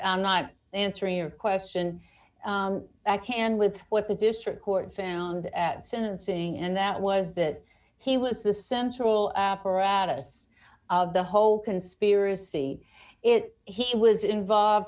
i'm not answering your question i can with what the district court found at sentencing and that was that he was the central apparatus of the whole conspiracy it he was involved